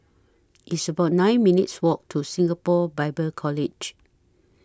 It's about nine minutes' Walk to Singapore Bible College